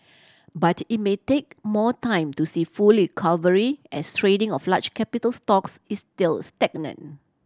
but it may take more time to see full recovery as trading of large capital stocks is still stagnant